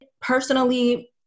Personally